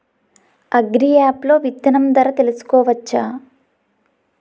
Agri app లో విత్తనం ధర కనుకోవచ్చా?